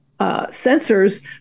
sensors